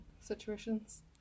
situations